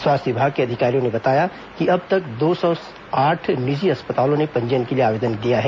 स्वास्थ्य विभाग के अधिकारियों ने बताया कि अब तक दो सौ आठ निजी अस्पतालों ने पंजीयन के लिए आवेदन दिया है